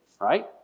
right